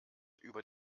über